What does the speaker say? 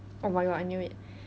oh my god I knew it